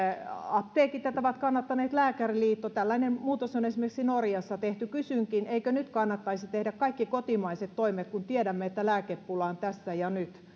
apteekit tätä on kannattanut lääkäriliitto tällainen muutos on esimerkiksi norjassa tehty kysynkin eikö nyt kannattaisi tehdä kaikki kotimaiset toimet kun tiedämme että lääkepula on tässä ja nyt